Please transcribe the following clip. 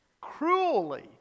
cruelly